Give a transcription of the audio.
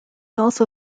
also